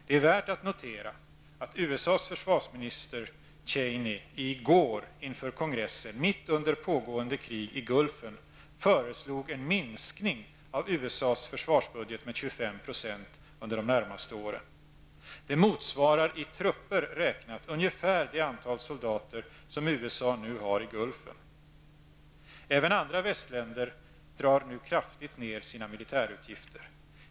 Det är värt att notera att USAs försvarsminister Cheney i går inför kongressen mitt under pågående krig i Gulfen föreslog en minskning av USAs försvarsbudget med 25 % under de närmaste åren. Det motsvarar i trupper räknat ungefär det antal soldater som USA nu har i Gulfen. Även andra västländer drar nu kraftigt ned sina militärutgifter.